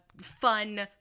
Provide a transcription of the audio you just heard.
fun